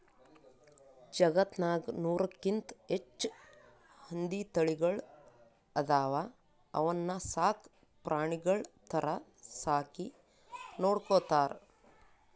ಜಗತ್ತ್ನಾಗ್ ನೂರಕ್ಕಿಂತ್ ಹೆಚ್ಚ್ ಹಂದಿ ತಳಿಗಳ್ ಅದಾವ ಅವನ್ನ ಸಾಕ್ ಪ್ರಾಣಿಗಳ್ ಥರಾ ಸಾಕಿ ನೋಡ್ಕೊತಾರ್